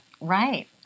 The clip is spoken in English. Right